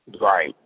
Right